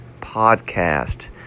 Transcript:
podcast